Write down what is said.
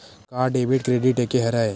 का debit credit एके हरय?